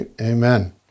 Amen